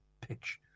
pitch